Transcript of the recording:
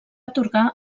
atorgar